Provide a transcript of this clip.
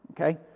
Okay